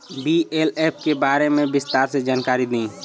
BLF के बारे में विस्तार से जानकारी दी?